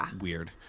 weird